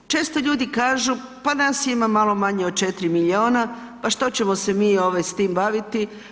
Često ljudi kažu pa nas ima malo manje od 4 milijuna, pa što ćemo se mi s tim baviti.